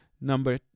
Number